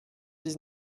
dix